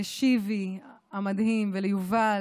לשיבי המדהים וליובל.